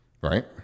Right